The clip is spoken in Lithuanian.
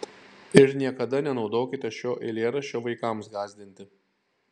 ir niekada nenaudokite šio eilėraščio vaikams gąsdinti